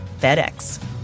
FedEx